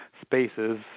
spaces